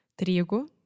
trigo